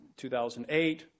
2008